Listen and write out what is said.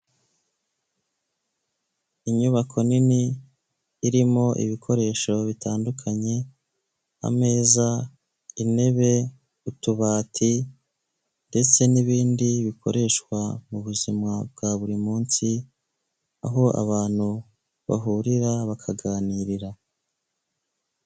Inyubako nini irimo ibikoresho bitandukanye ameza, intebe, utubati ndetse n'ibindi bikoreshwa mu buzima bwa buri munsi aho abantu bahurira bakaganirira.